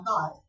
God